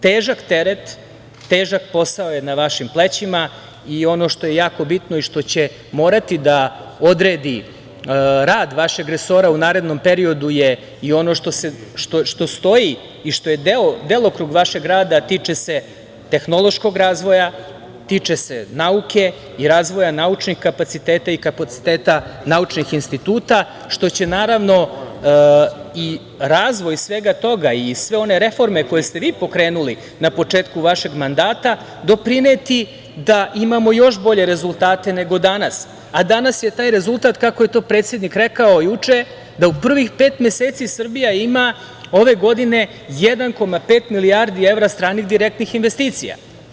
Težak teret, težak posao je na vašim plećima i ono što je jako bitno i što će morati da odredi rad vašeg resora u narednom periodu je i ono što stoji i što je delokrug vašeg rada, a tiče se tehnološkog razvoja, tiče se nauke i razvoja naučnih kapaciteta i kapaciteta naučnih instituta, što će naravno, i razvoj svega toga i sve one reforme koje ste vi pokrenuli na početku vašeg mandata, doprineti da imamo još bolje rezultate nego danas, a danas je taj rezultat, kako je to predsednik rekao juče, da u prvih pet meseci Srbija ima ove godine 1,5 milijardi evra stranih direktnih investicija.